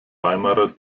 weimarer